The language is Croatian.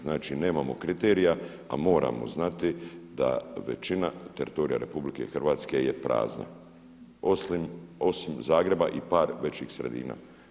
Znači nemao kriterija a moramo znati da većina teritorija RH je prazna osim Zagreba i par većih sredina.